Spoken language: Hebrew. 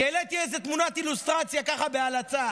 כי העליתי איזו תמונת אילוסטרציה ככה בהלצה.